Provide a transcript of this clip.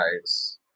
guys